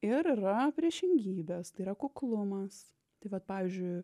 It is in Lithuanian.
ir yra priešingybės tai yra kuklumas tai vat pavyzdžiui